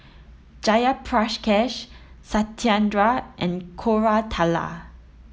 Jayaprakash Satyendra and Koratala